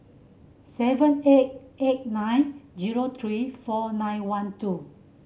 seven eight eight nine zero three four nine one two